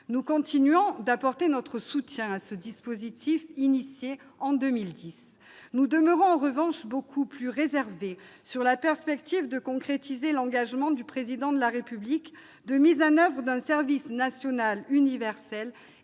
Nous continuons d'apporter notre soutien à ce dispositif créé en 2010. Nous demeurons en revanche beaucoup plus réservés sur la perspective de concrétiser l'engagement du Président de la République sur la mise en oeuvre d'un service national universel,